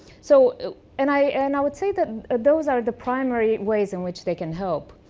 so and i and i would say that those are the primary ways in which they can help.